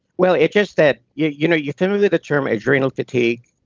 well, it's just that yeah you know yeah kind of the the term adrenal fatigue.